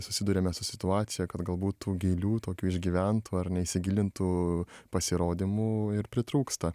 susiduriame su situacija kad galbūt tų gilių tokių išgyventų ar ne įsigilintų pasirodymų ir pritrūksta